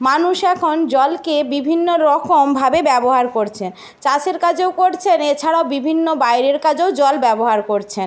মানুষ এখন জলকে বিভিন্ন রকমভাবে ব্যবহার করছে চাষের কাজেও করছেন এছাড়াও বিভিন্ন বাইরের কাজেও জল ব্যবহার করছেন